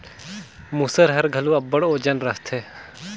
मूसर हर घलो अब्बड़ ओजन रहथे